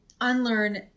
unlearn